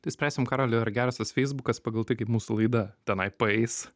tai spręsim karoli ar geras tas feisbukas pagal tai kaip mūsų laida tenai paeis